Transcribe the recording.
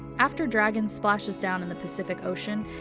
after dragon splashes down in the pacific ocean,